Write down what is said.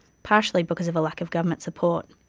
partially because of a lack of government support.